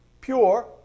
pure